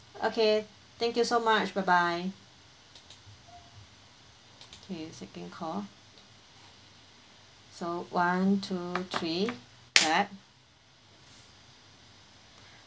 okay thank you so much bye bye okay second call so one two three clap